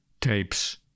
tapes